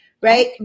right